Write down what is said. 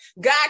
God